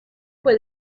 fue